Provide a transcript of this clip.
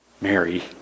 Mary